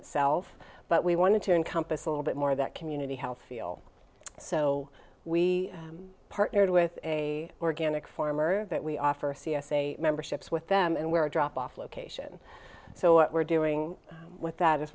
itself but we wanted to encompass a little bit more of that community health feel so we partnered with a organic farmer that we offer c s a memberships with them and we're a drop off location so what we're doing with that i